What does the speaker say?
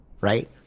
Right